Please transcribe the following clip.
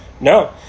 No